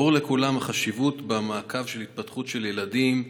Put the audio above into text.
ברורה לכולם החשיבות במעקב אחר ההתפתחות של ילדים,